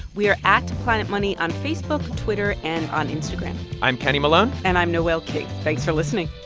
we are at planetmoney on facebook, twitter and on instagram i'm kenny malone and i'm noel king. thanks for listening